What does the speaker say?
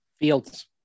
Fields